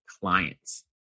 clients